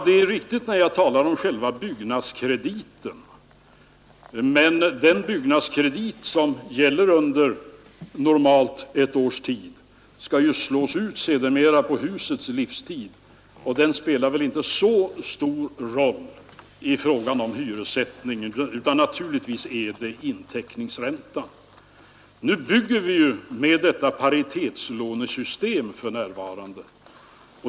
Det är riktigt, när jag talar om själva byggnadskrediten, men den byggnadskredit som gäller under normalt ett års tid skall ju sedermera slås ut på husets livslängd och spelar väl inte så stor roll i fråga om hyressättningen, vilket naturligtvis inteckningsräntan gör. För närvarande bygger vi enligt paritetslånesystemet.